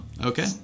Okay